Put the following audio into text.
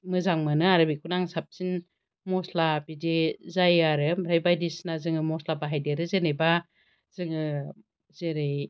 मोजां मोनो आरो बेखौनो आं साबसिन मस्ला बिदि जायो आरो आमफ्राय बायदिसिना जोङो मस्ला बाहायदेरो जेनोबा जोङो जेरै